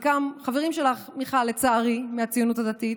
חלקם חברים שלך, מיכל, לצערי, מהציונות הדתית,